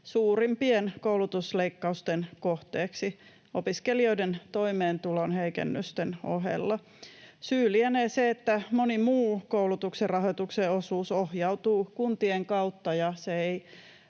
suurimpien koulutusleikkausten kohteeksi opiskelijoiden toimeentulon heikennysten ohella. Syy lienee se, että moni muu koulutuksen rahoituksen osuus ohjautuu kuntien kautta ja se ei